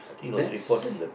that's